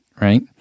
right